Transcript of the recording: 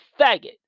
faggot